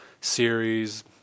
series